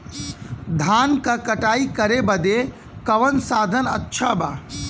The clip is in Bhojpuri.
धान क कटाई करे बदे कवन साधन अच्छा बा?